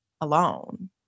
alone